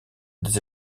des